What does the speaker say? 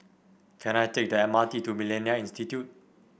can I take the M R T to MillenniA Institute